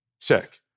Check